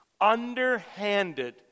Underhanded